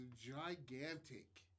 gigantic